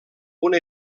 una